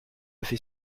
fait